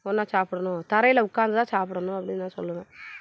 ஒன்றா சாப்பிடணும் தரையில் உட்கார்ந்து தான் சாப்பிடணும் அப்படி நான் சொல்லுவேன்